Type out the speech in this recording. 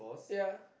ya